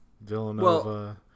Villanova